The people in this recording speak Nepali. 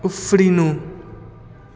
उफ्रिनु